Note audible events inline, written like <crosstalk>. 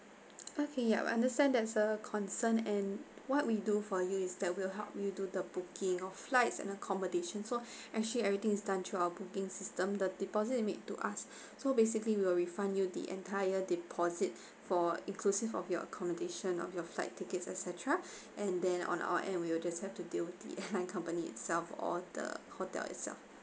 okay yup understand there's a concern and what we do for you is that will help you to the booking of flights and accommodation so actually everything is done through our booking system the deposit you made to us so basically we will refund you the entire deposit for inclusive of your accommodation of your flight tickets etcetera and then on our end we will just have to deal with the <laughs> airline company itself or the hotel itself